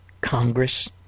Congress